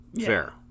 Fair